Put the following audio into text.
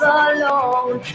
alone